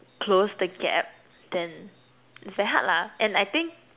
close the gap then it's very hard lah and I think